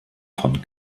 von